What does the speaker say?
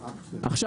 עכשיו,